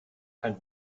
kein